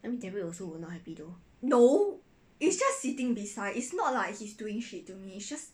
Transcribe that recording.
I mean derrick also will not happy though